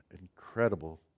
incredible